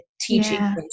teaching